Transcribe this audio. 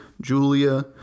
Julia